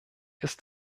ist